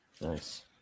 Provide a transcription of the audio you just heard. Nice